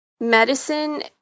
medicine